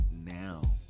now